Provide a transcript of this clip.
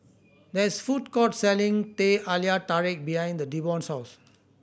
there is food court selling Teh Halia Tarik behind the Devon's house